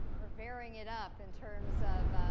we're varying it up in terms of